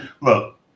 Look